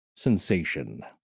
sensation